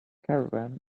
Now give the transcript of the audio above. caravan